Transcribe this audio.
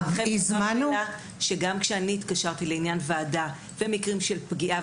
גם כשאני התקשרתי לעניין ועדה במקרים של פגיעה,